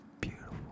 beautiful